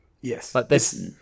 Yes